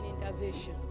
intervention